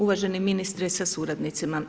Uvaženi ministre sa suradnicima.